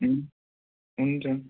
हुन् हुन्छ